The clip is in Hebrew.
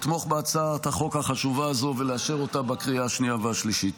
לתמוך בהצעת החוק החשובה הזו ולאשר אותה בקריאה השנייה והשלישית.